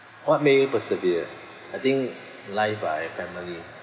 what make you persevere I think life ah and family